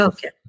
Okay